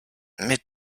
mit